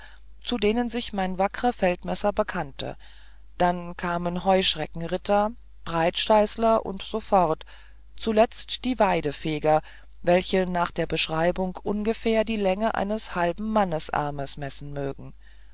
zu denen sich mein wackerer feldmesser bekannte dann kämen heuschreckenritter breitsteißler und so fort zuletzt die waidefeger welche nach der beschreibung ungefähr die länge eines halben mannsarms messen mögen